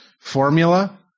formula